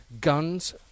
guns